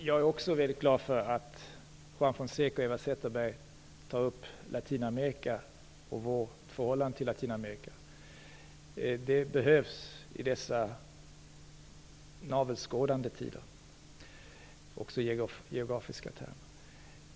Fru talman! Jag är mycket glad för att Juan Fonseca och Eva Zetterberg tar upp frågor om Latinamerika och vårt förhållande till Latinamerika. Det behövs i dessa navelskådande tider, också i geografiska termer.